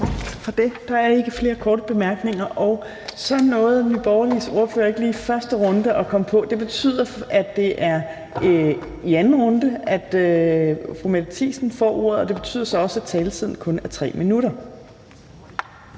for det. Der er ikke flere korte bemærkninger. Og så nåede Nye Borgerliges ordfører ikke lige at komme på i første runde, og det betyder, at det er i anden runde, fru Mette Thiesen får ordet, og det betyder så også, at taletiden kun er 3 minutter.